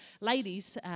ladies